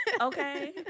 Okay